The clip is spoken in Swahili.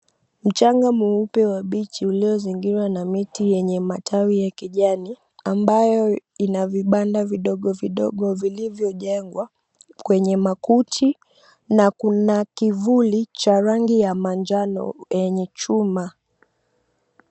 Mchanga mweupe wa bichi uliozingirwa na miti yenye matawi ya kijani. Ambayo ina vibanda vidogo vidogo vilivyo jengwa kwenye makuti na kuna kivuli cha rangi ya manjano yenye chuma.